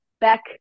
back